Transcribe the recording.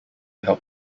help